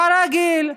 כרגיל,